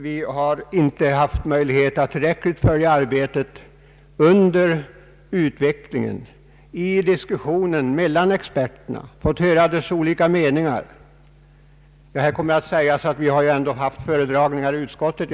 Vi har inte haft möjlighet att i tillräcklig utsträckning följa arbetet under dess utveckling eller ta del av diskussionerna mellan experterna och höra deras olika meningar. Här kommer att sägas att det ändå har förekommit föredragningar i statsutskottet.